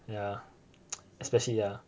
yeah especially yeah